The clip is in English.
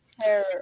Terror